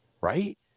right